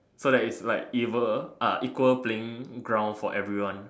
so that it's like evil ah equal playing ground for everyone